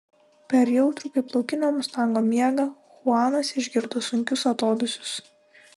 per jautrų kaip laukinio mustango miegą chuanas išgirdo sunkius atodūsius